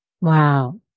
Wow